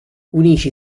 unisce